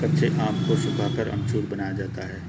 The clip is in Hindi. कच्चे आम को सुखाकर अमचूर बनाया जाता है